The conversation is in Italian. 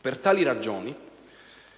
Per tali ragioni